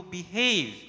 behave